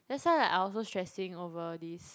that's why I like also stressing over this